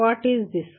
what is